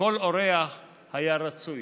כל אורח היה רצוי,